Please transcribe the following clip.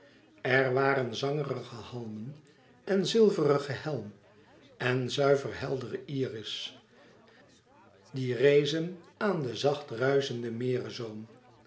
er waren zangerige halmen en zilverige helm en zuiver heldere iris die rezen aan den zacht ruischenden